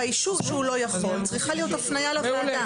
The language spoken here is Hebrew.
באישור שהוא לא יכול צריכה להיות הפניה לוועדה.